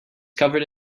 covered